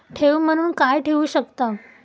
ठेव म्हणून काय ठेवू शकताव?